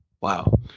wow